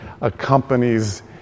accompanies